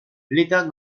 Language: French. l’état